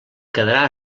quedarà